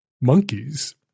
monkeys